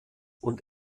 und